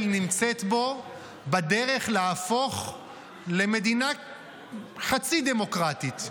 נמצאת בו בדרך להפוך למדינה חצי דמוקרטית,